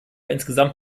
insgesamt